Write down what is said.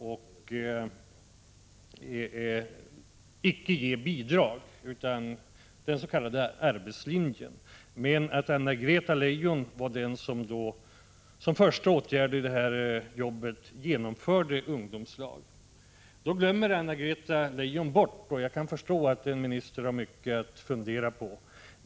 Ungdomarna skulle icke ha bidrag, utan den s.k. arbetslinjen skulle gälla. Arbetsmarknadsministern berömmer sig för att vara den som införde ungdomslagen. Anna-Greta Leijon glömmer saker och ting. Jag kan förstå att en minister har mycket att fundera på.